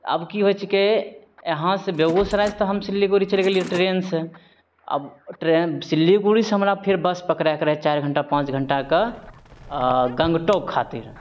आब की होइ छिकै यहाँसँ बेगूसरायसँ तऽ हम सिल्लीगोरी चलि गेलियै ट्रेनसँ आओर ट्रेन सिल्लीगोरीसँ हमरा फेर बस पकड़यके रहय चारि घण्टा पाँच घण्टाके गंगटोक खातिर